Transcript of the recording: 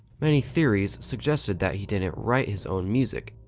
many theories suggested that he didn't write his own music,